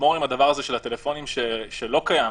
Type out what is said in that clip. ולגמור עם הדבר הזה של הטלפונים, שלא קיים,